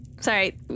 Sorry